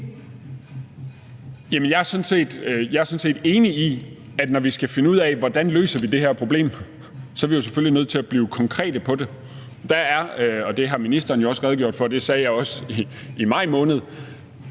jeg er sådan set enig i, at når vi skal finde ud af, hvordan vi løser det her problem, er vi selvfølgelig nødt til at blive konkrete på det. Der er – og det har ministeren jo også redegjort for, og det sagde jeg også i maj måned